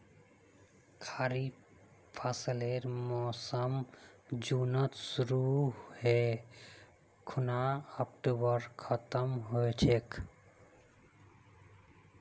खरीफ फसलेर मोसम जुनत शुरु है खूना अक्टूबरत खत्म ह छेक